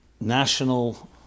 national